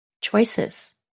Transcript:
choices